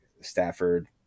Stafford